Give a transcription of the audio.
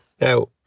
now